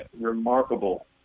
remarkable